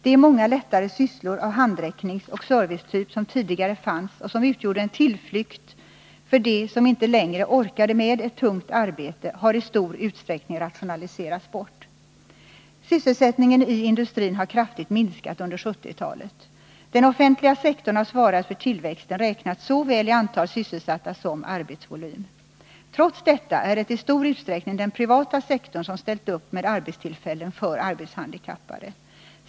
De många lättare sysslor av handräckningsoch servicetyp som tidigare fanns och som utgjorde en tillflykt för dem som inte längre orkade med ett tungt arbete, har i stor utsträckning rationaliserats bort. Sysselsättningen i industrin har minskat kraftigt under 1970-talet. Den offentliga sektorn har svarat för tillväxten räknat såväl i antal sysselsatta som i arbetsvolym. Trots detta är det i stor utsträckning den privata sektorn som ställt upp med arbetstillfällen för arbetshandikappade.